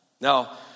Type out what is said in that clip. Now